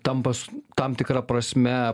tampa tam tikra prasme